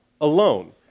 alone